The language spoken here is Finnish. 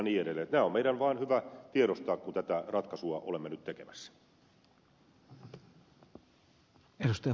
nämä meidän on vaan hyvä tiedostaa kun tätä ratkaisua olemme nyt tekemässä